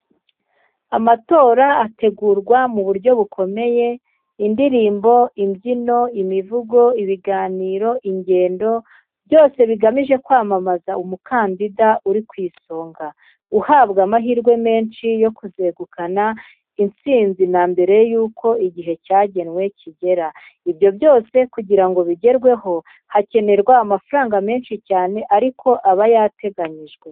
Amatora ategurwa mu buryo bukomeye: indirimbo, imbyino, imivugo, ibiganiro, ingendo, byose bigamije kwamamaza umukandida uri ku isonga, uhabwa amahirwe menshi yo kuzegukana intsinzi na mbere y'uko igihe cyagenwe kigera. Ibyo byose kugira ngo bigerweho, hakenerwa amafaranga menshi cyane ariko aba yarateganyijwe.